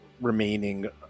remaining